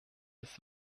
his